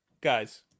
guys